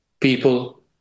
people